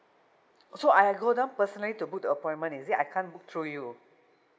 so I have to go down personally to book the appointment is it I can't book through you